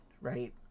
right